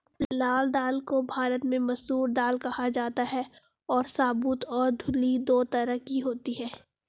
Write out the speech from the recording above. लाल दाल को भारत में मसूर दाल कहा जाता है और साबूत और धुली दो तरह की होती है